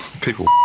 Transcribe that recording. People